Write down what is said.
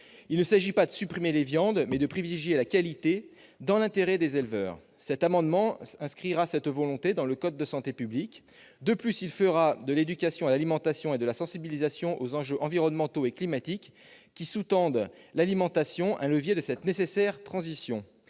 Il s'agit non pas de supprimer la viande, mais de privilégier la qualité, dans l'intérêt des éleveurs. Cet amendement vise à inscrire cette orientation dans le code de la santé publique. De plus, il tend à faire de l'éducation à l'alimentation et de la sensibilisation aux enjeux environnementaux et climatiques qui sous-tendent l'alimentation un levier de cette nécessaire transition.